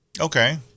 Okay